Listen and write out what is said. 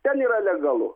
ten yra legalu